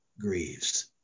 grieves